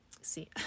see